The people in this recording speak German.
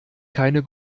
keine